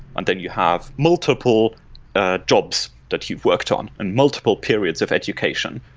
and then you have multiple ah jobs that you've worked on, and multiple periods of education,